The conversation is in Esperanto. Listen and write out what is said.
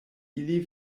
ili